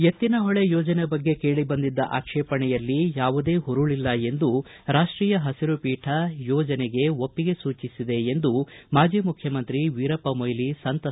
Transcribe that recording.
ಎತ್ತಿನಹೊಳೆ ಯೋಜನೆ ಬಗ್ಗೆ ಕೇಳಿಬಂದಿದ್ದ ಆಕ್ಷೇಪಣೆಯಲ್ಲಿ ಯಾವುದೇ ಹುರುಳಿಲ್ಲ ಎಂದು ರಾಷ್ಟೀಯ ಹಸಿರು ಪೀಠ ಯೋಜನೆಗೆ ಒಪ್ಪಿಗೆ ಸೂಚಿಸಿದೆ ಎಂದು ಮಾಜಿ ಮುಖ್ಯಮಂತ್ರಿ ವೀರಪ್ಪಮೊಯ್ಲಿ ಸಂತಸ ವ್ಯಕ್ತಪಡಿಸಿದ್ದಾರೆ